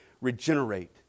regenerate